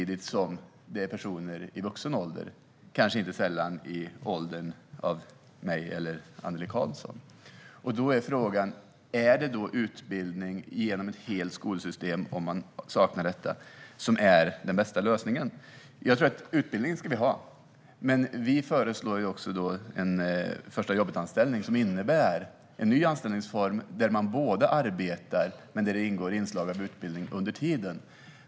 Det kan vara personer i vuxen ålder, kanske inte sällan i samma ålder som jag och Annelie Karlsson. Då är frågan: Om man saknar detta, är det utbildning genom ett helt skolsystem som är den bästa lösningen? Utbildning ska vi ha, men vi föreslår också en förstajobbetanställning. Det är en ny anställningsform där man både arbetar och har inslag av utbildning under tiden.